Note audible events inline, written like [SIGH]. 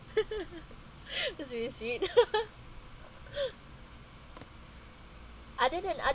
[LAUGHS] because you'll see it [LAUGHS] are there then